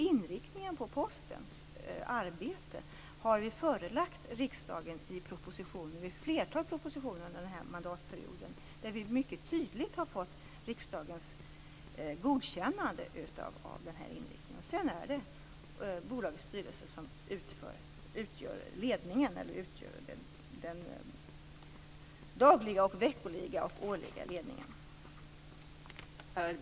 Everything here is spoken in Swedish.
Inriktningen på Postens arbete har vi nämligen förelagt riksdagen i ett flertal propositioner under denna mandatperiod, där vi mycket tydligt har fått riksdagens godkännande av denna inriktning. Sedan är det bolagets styrelse som utgör den dagliga ledningen.